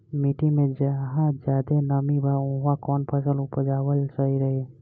मिट्टी मे जहा जादे नमी बा उहवा कौन फसल उपजावल सही रही?